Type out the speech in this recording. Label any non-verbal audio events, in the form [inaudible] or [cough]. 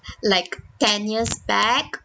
[breath] like ten years back